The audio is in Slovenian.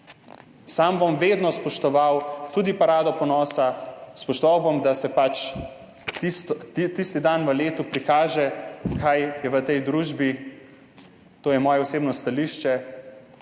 Sam bom vedno spoštoval tudi parado ponosa, spoštoval bom, da se pač tisti dan v letu prikaže, kaj je v tej družbi, to je moje osebno stališče.